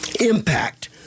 Impact